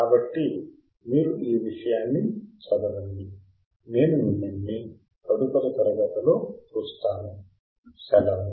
కాబట్టి మీరు ఈ విషయాన్ని చదవండి నేను మిమ్మల్ని తదుపరి తరగతిలో చూస్తాను సెలవు